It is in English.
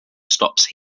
stops